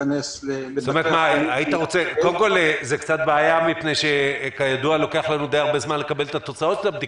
קודם כל זו קצת בעיה כי כידוע לוקח זמן לקבל את התוצאות.